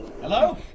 Hello